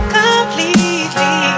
completely